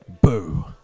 boo